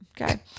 Okay